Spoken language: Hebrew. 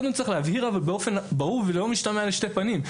קודם צריך להבהיר באופן ברור ולא משתמע לשני פנים,